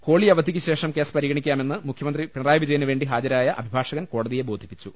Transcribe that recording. holy അവധിക്കു ശേഷം case പരിഗണിക്കാമെന്ന് മുഖൃ മന്ത്രി പിണറായി വിജയനു വേണ്ടി ഹാജരായ അഭിഭാഷകൻ കോടതിയെ ബോധിപ്പിച്ചു